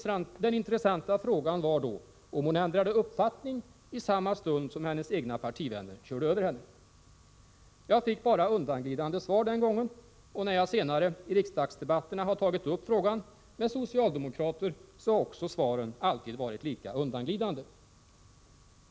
Den intressanta frågan var då om hon ändrade uppfattning i samma stund som hennes egna partivänner körde över henne. Jag fick bara undanglidande svar den gången, och även när jag senare i riksdagsdebatterna har tagit upp frågan med socialdemokrater har svaren alltid varit undanglidande.